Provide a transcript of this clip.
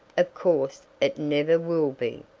of course, it never will be.